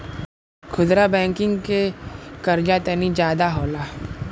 खुदरा बैंकिंग के कर्जा तनी जादा होला